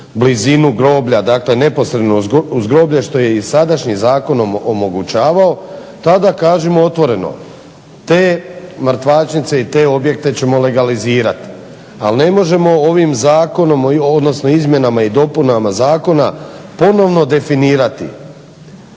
blizinu groblja, dakle neposredno uz groblje što je i sadašnji zakon omogućavao, tada kažimo otvoreno te mrtvačnice i te objekte ćemo legalizirati, ali ne možemo ovim zakonom odnosno izmjenama i dopunama zakona ponovno definirati